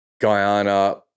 Guyana